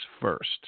first